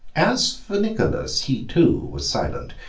as for nicholas, he, too, was silent,